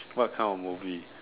what kind of movie